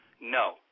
No